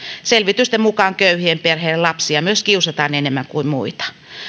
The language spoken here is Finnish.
selvitysten mukaan köyhien perheiden lapsia myös kiusataan enemmän kuin muita